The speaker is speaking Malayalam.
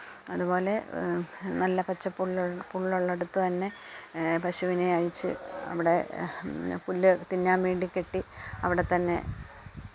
അതുപോലെ നല്ല പച്ചപ്പുല്ലുള്ള പുല്ലുളെടത്ത്ന്നെ പശുവിനെ അഴിച്ച് അവിടെ പുല്ല് തിന്നാൻ വേണ്ടി കെട്ടി അവിടെത്തന്നെ